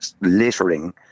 littering